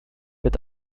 mit